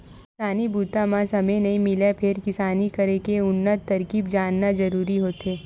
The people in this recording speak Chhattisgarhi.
किसानी बूता म समे नइ मिलय फेर किसानी करे के उन्नत तरकीब जानना जरूरी होथे